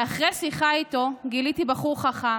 ואחרי שיחה איתו גיליתי בחור חכם,